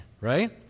right